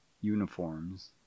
uniforms